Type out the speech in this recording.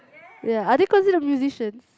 ya are they considered musicians